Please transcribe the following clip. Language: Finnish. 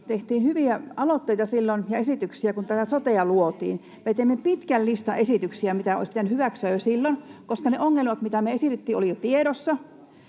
tehtiin hyviä aloitteita ja esityksiä silloin, kun tätä sotea luotiin. Me teimme pitkän listan esityksiä, mitä olisi pitänyt hyväksyä jo silloin, koska ne ongelmat, mitä me esitettiin, olivat jo tiedossa.